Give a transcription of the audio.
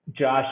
Josh